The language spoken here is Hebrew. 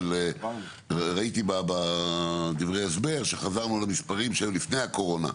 ראיתי בדברי ההסבר שחזרנו למספרים שהיו לפני הקורונה.